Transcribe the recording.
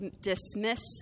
dismiss